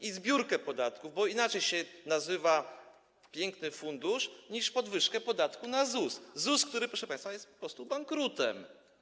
i zbiórkę podatków, bo inaczej się nazywa piękny fundusz niż podwyżkę podatku na ZUS, który to ZUS, proszę państwa, jest po prostu bankrutem.